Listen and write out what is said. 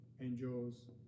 angels